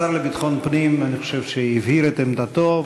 השר לביטחון פנים הבהיר את עמדתו,